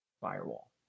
firewall